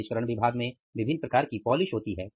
परिष्करण विभाग में विभिन्न प्रकार की पॉलिश होती है